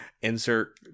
insert